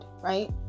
right